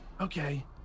Okay